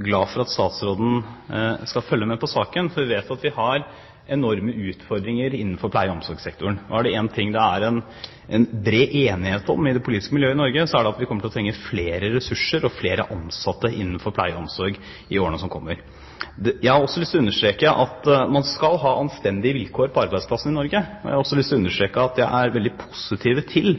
glad for at statsråden skal følge med på saken, for vi vet at vi har enorme utfordringer innenfor pleie- og omsorgssektoren, og er det én ting det er bred enighet om i det politiske miljøet i Norge, er det at vi kommer til å trenge flere ressurser og flere ansatte innenfor pleie og omsorg i årene som kommer. Jeg har lyst til å understreke at man skal ha anstendige vilkår på arbeidsplassene i Norge. Jeg har også lyst til å understreke at jeg er veldig positiv til